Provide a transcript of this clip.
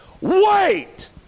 Wait